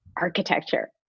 architecture